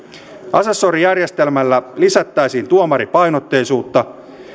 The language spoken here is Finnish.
asessorijärjestelmällä lisättäisiin tuomaripainotteisuutta